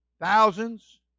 thousands